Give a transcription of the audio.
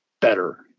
better